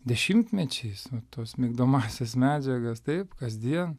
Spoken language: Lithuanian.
dešimtmečiais va tuos migdomąsias medžiagas taip kasdien